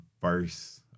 first